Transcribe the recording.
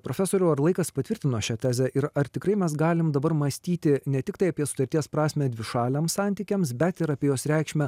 profesoriau ar laikas patvirtino šią tezę ir ar tikrai mes galim dabar mąstyti ne tiktai apie sutarties prasmę dvišaliams santykiams bet ir apie jos reikšmę